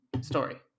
story